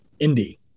indie